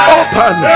open